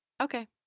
Okay